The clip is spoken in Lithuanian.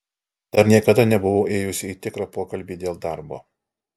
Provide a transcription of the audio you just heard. dar niekada nebuvau ėjusi į tikrą pokalbį dėl darbo